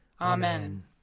Amen